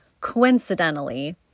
coincidentally